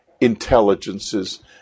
Intelligences